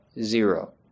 Zero